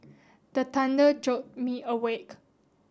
the thunder jolt me awake